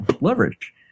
Leverage